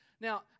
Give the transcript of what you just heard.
Now